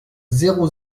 zéro